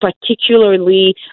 particularly